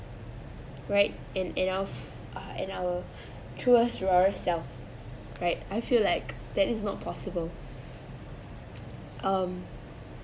right and and our f~ ah and our through us through ourselves right I feel like that is not possible um